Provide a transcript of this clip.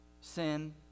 Sin